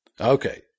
Okay